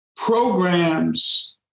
programs